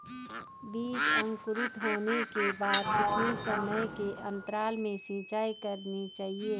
बीज अंकुरित होने के बाद कितने समय के अंतराल में सिंचाई करनी चाहिए?